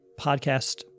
podcast